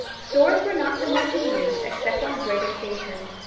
swords were not so much in use except on great occasions,